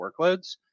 workloads